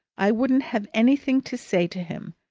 i wouldn't have anything to say to him.